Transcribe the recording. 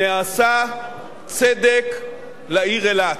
נעשה צדק לעיר אילת.